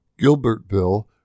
Gilbertville